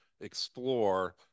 explore